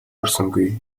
орсонгүй